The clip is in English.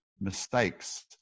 mistakes